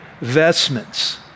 vestments